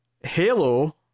Halo